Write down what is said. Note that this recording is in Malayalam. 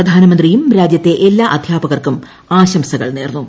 പ്രധാനമന്ത്രിയും രാജ്യത്തെ എല്ലാ അദ്ധ്യാപകർക്കും ആശംസകൾ നേർന്നു